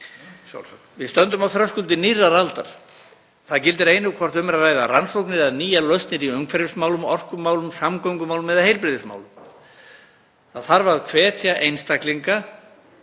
Við stöndum á þröskuldi nýrrar aldar. Það gildir einu hvort um er að ræða rannsóknir eða nýjar lausnir í umhverfismálum, orkumálum, samgöngumálum eða heilbrigðismálum. Það þarf að hvetja einstaklinga,